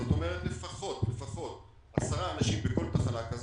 זאת אומרת לפחות עשרה אנשים בכל תחנה כזאת,